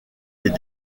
des